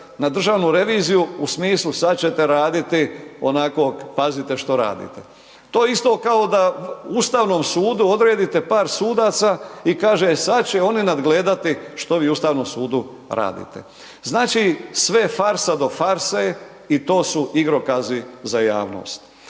na Državnu reviziju u smislu sad ćete raditi onako pazite što radite. To je isto kao da Ustavnom sudu odredite par sudaca i kaže sad će oni nadgledati što vi u Ustavnom sudu radite. Znači, sve je farsa do farse i to su igrokazi za javnost.